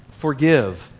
forgive